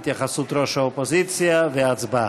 התייחסות ראש האופוזיציה והצבעה.